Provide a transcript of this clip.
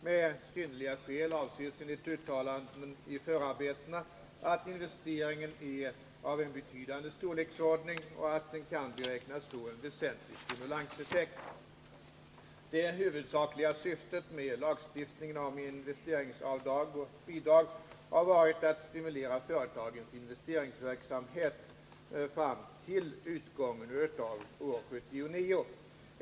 Med synnerliga skäl avses enligt uttalanden i förarbetena att investeringen är av en betydande storleksordning och att den kan beräknas få en väsentlig stimulanseffekt. investeringsbidrag har varit att stimulera företagens investeringsverksamhet fram till utgången av år 1979.